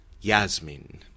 Yasmin